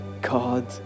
God